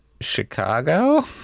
Chicago